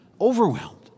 overwhelmed